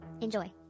Enjoy